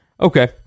Okay